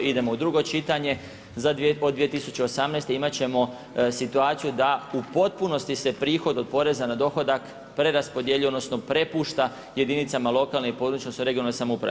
Idemo u drugo čitanje, za 2018. imati ćemo situaciju da u potpunosti se prihod od poreza na dohodaka preraspodijeli, odnosno, prepušta jedinicama lokalne, područne, regionalne samouprave.